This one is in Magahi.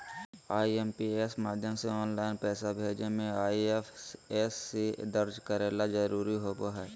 आई.एम.पी.एस माध्यम से ऑनलाइन पैसा भेजे मे आई.एफ.एस.सी दर्ज करे ला जरूरी होबो हय